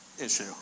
issue